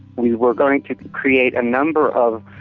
we were going to create a number of